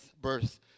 birth